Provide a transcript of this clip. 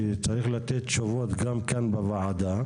שצריך לתת תשובות גם כאן בוועדה.